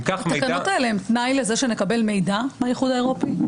התקנות האלה הם תנאי שנקבל מידע מהאיחוד האירופי?